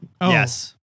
Yes